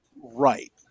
Right